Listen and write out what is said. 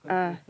uh